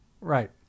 Right